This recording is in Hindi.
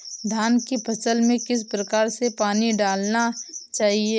धान की फसल में किस प्रकार से पानी डालना चाहिए?